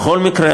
בכל מקרה,